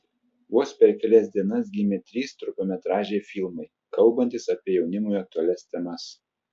vos per kelias dienas gimė trys trumpametražiai filmai kalbantys apie jaunimui aktualias temas